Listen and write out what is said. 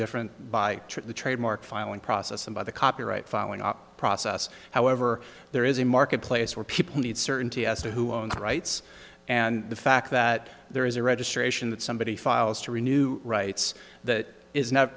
different by the trademark filing process and by the copyright following up process however there is a marketplace where people need certainty as to who owns the rights and the fact that there is a registration that somebody files to renew rights that is no